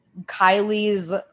Kylie's